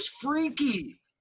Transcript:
freaky